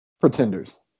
Pretenders